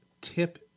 tip